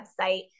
website